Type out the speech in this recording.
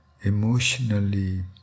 emotionally